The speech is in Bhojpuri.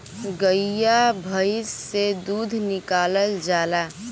गइया भईस से दूध निकालल जाला